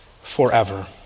forever